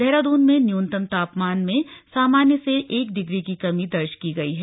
देहरादून में न्यूनतम तापमान में सामान्य से एक डिग्री की कमी दर्ज की गई है